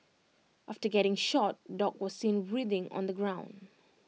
after getting shot dog was seen writhing on the ground